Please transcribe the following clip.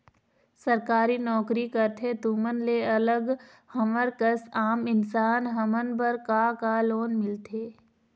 सरकारी नोकरी करथे तुमन ले अलग हमर कस आम इंसान हमन बर का का लोन मिलथे?